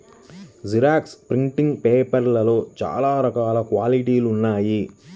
xerox printing పేపర్లలో చాలా రకాల క్వాలిటీలు ఉన్నాయి